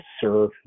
serve